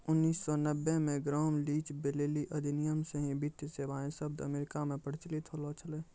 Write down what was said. उन्नीस सौ नब्बे मे ग्राम लीच ब्लीली अधिनियम से ही वित्तीय सेबाएँ शब्द अमेरिका मे प्रचलित होलो छलै